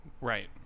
Right